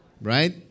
Right